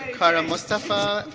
karan mustafah